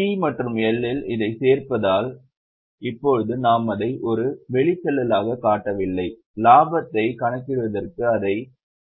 இல் P மற்றும் L இதைச் சேர்ப்பதால் இப்போது நாம் அதை ஒரு வெளிச்செல்லலாகக் காட்டவில்லை இலாபத்தைக் கணக்கிடுவதற்கு அதைப் பயன்படுத்தி கணக்கிடுகிறோம்